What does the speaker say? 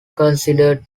considered